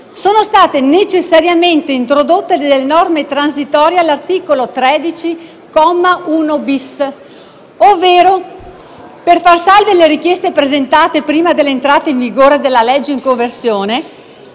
sono state necessariamente introdotte delle norme transitorie all'articolo 13, comma 1-*bis*, ovvero per far salve le richieste presentate prima dell'entrata in vigore della legge di conversione,